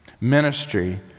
Ministry